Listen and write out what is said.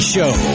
Show